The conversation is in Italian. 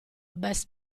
best